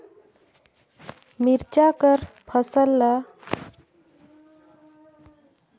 गरमी कर दिन म फसल जल्दी काबर सूख जाथे?